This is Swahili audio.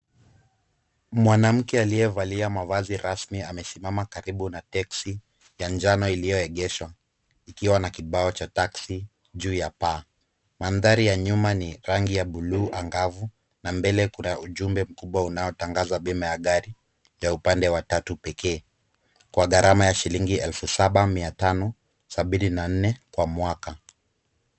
Mwanamke aliyevalia mavazi rasmi amesimama karibu na teksi ya njano iliyoegeshwa ikiwa na kibao cha taksi juu ya paa. Mandhari ya nyuma ni rangi ya buluu angavu na mbele kuna ujumbe mkubwa unaotangaza bima ya gari ya upande wa tatu pekee kwa gharama ya shilingi elfu saba mia tano sabini na nne kwa mwaka.